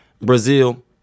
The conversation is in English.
Brazil